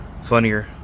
funnier